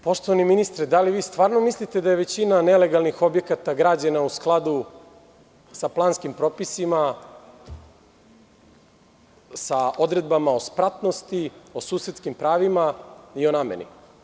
Poštovani ministre, da li vi stvarno mislite da je većina nelegalnih objekata građena u skladu sa planskim propisima sa odredbama o spratnosti, o susetskim pravima i o nameni.